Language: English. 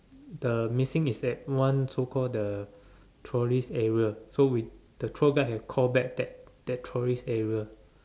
the missing is at one so call the tourist area so we the tour guide have call back that that tourist area